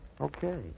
Okay